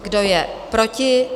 Kdo je proti?